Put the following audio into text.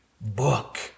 book